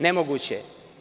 Nemoguće je.